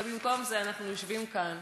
אבל במקום זה אנחנו יושבים כאן,